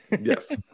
yes